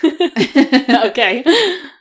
Okay